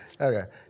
okay